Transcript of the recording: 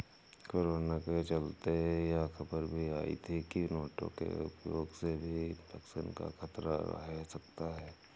corona के चलते यह खबर भी आई थी की नोटों के उपयोग से भी इन्फेक्शन का खतरा है सकता है